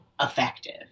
effective